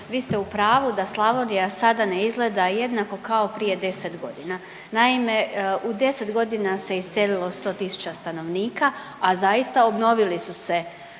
vi ste u pravu da Slavonija sada ne izgleda jednako kao prije 10 godina. Naime, u 10 godina se iselilo 100.000 stanovnika, a zaista obnovili su se